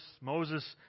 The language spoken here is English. Moses